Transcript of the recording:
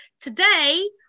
Today